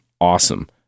awesome